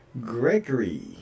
Gregory